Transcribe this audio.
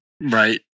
Right